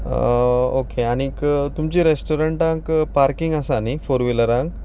okay आनीक तुमचे रॅस्टरॉण्टाक पार्कींग आसा न्ही फोर विलरांक